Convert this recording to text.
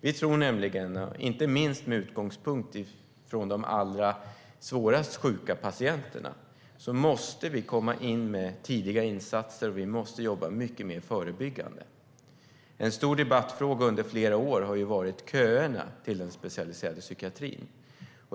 Vi tror nämligen - inte minst med utgångspunkt från de allra svårast sjuka patienterna - att vi måste komma in med tidiga insatser och jobba mycket mer förebyggande. En stor debattfråga under flera år har varit köerna till den specialiserade psykiatrin.